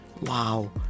wow